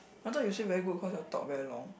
I thought you say very good cause you all talk very long